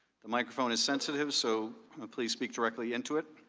the microphone is sensitive, so please speak directly into it.